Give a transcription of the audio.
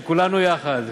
שכולנו יחד,